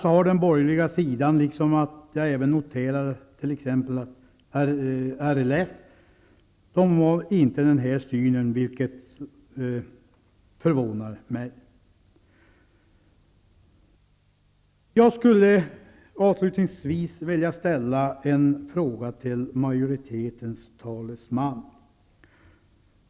Jag har noterat att inte heller RLF har den här synen på frågan, vilket förvånar mig. Avslutningsvis skulle jag vilja ställa en fråga till majoritetens talesman.